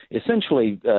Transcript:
essentially